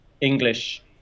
English